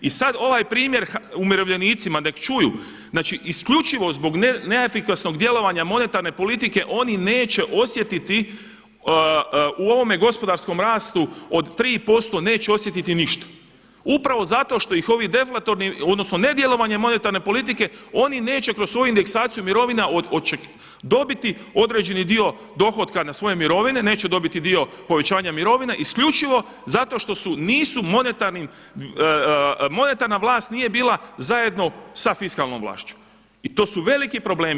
I sada ovaj primjer umirovljenicima nek čuju znači isključivo zbog neefikasnog djelovanja monetarne politike oni neće osjetiti u ovome gospodarskom rastu od 3% neće osjetiti ništa, upravo zato što ih ovo ne djelovanje monetarne politike oni neće kroz svoju indeksaciju mirovina dobiti određeni dio dohotka na svoje mirovine, neće dobiti dio povećanja mirovina isključivo zato što monetarna vlast nije bila zajedno sa fiskalnom vlašću i to su veliki problemi.